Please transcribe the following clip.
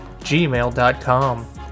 gmail.com